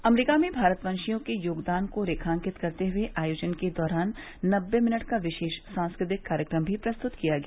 America ने भारत वशियों के योगदान को रेखांकित करते हुए आयोजन के दौरान नब्बे मिनट का विशेष सांस्कृतिक कार्यक्रम भी प्रस्तत किया गया